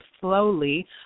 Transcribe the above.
slowly